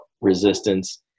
resistance